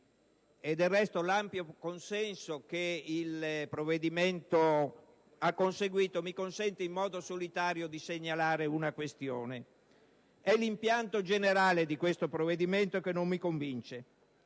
Del resto, l'ampio consenso che il provvedimento ha conseguito mi consente di segnalare in modo solitario una questione. È l'impianto generale del provvedimento che non mi convince: